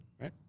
Right